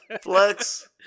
Flex